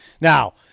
Now –